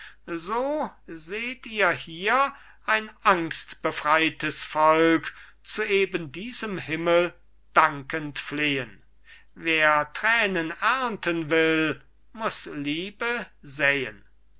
so seht ihr hier ein angstbefreites volk zu ebendiesem himmel dankend flehen wer tränen ernten will muss liebe säen